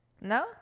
No